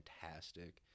fantastic